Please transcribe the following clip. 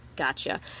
Gotcha